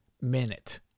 minute